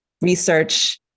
research